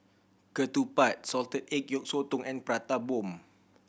Ketupat salted egg yolk sotong and Prata Bomb